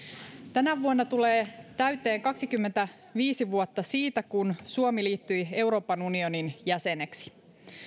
tänä vuonna tulee täyteen kaksikymmentäviisi vuotta siitä kun suomi liittyi euroopan unionin jäseneksi